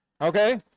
Okay